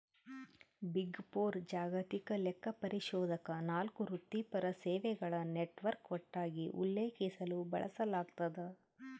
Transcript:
big four ಜಾಗತಿಕ ಲೆಕ್ಕಪರಿಶೋಧಕ ನಾಲ್ಕು ವೃತ್ತಿಪರ ಸೇವೆಗಳ ನೆಟ್ವರ್ಕ್ ಒಟ್ಟಾಗಿ ಉಲ್ಲೇಖಿಸಲು ಬಳಸಲಾಗ್ತದ